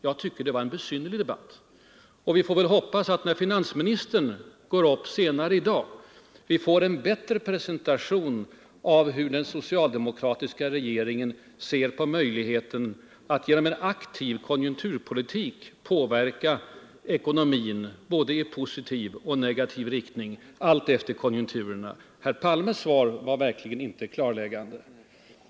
Jag tycker det var en besynnerlig debatt, och vi får väl hoppas att vi, när finansministern går upp senare i dag, får en bättre presentation av hur den socialdemokratiska regeringen ser på möjligheten att genom en aktiv konjunkturpolitik påverka ekonomin i både positiv och negativ riktning alltefter konjunkturerna. Herr Palmes svar var verkligen inte klarläggande.